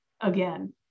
Again